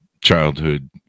childhood